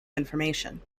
information